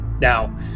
Now